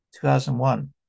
2001